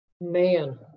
man